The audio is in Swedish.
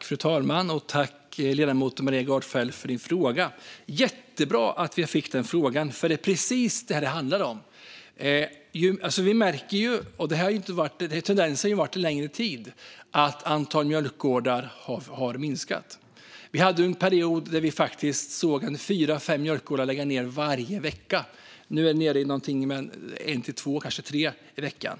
Fru talman! Tack, ledamoten Maria Gardfjell, för frågan! Det var jättebra att jag fick den frågan, för det är precis det som det handlar om! Tendensen har en längre tid varit att antalet mjölkgårdar har minskat. Vi hade en period där vi såg fyra fem mjölkgårdar lägga ned varje vecka. Nu är det nere på en, två eller kanske tre i veckan.